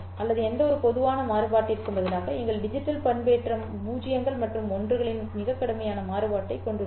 அல்லது எந்தவொரு பொதுவான மாறுபாட்டிற்கும் பதிலாக எங்கள் டிஜிட்டல் பண்பேற்றம் பூஜ்ஜியங்கள் மற்றும் 1 களின் மிகக் கடுமையான மாறுபாட்டைக் கொண்டுள்ளது